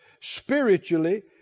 Spiritually